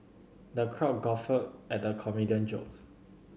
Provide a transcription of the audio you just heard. the crowd guffawed at the comedian jokes